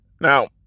Now